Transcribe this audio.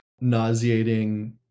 nauseating